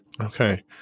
Okay